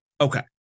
okay